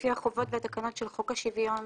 לפי החובות והתקנות של חוק שוויון